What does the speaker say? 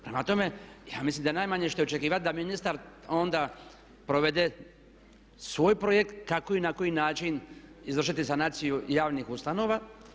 Prema tome, ja mislim da je najmanje što je očekivati da ministar onda provede svoj projekt kako i na koji način izvršiti sanaciju javnih ustanova.